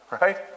right